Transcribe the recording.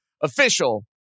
official